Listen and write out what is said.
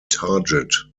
target